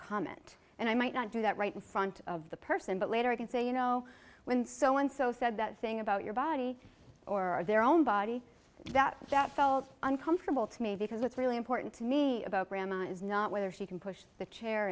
comment and i might not do that right in front of the person but later i can say you know when so and so said that thing about your body or their own body that that felt uncomfortable to me because it's really important to me about grandma is not whether she can push the chair